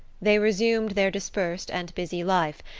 they resumed their dispersed and busy life,